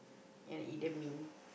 and either me